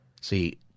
See